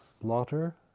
slaughter